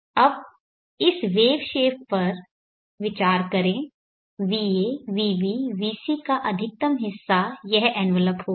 अब इस wave shape पर विचार करें va vb vc का अधकतम हिस्सा यह एनवलप होगा